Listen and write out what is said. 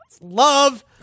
Love